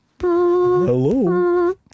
Hello